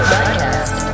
Podcast